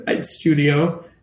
studio